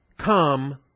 come